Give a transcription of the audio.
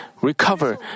recover